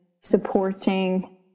supporting